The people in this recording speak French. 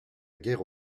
guerre